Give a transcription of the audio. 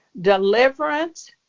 deliverance